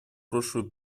прошлую